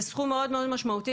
זה סכום מאוד משמעותי,